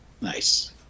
Nice